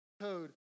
code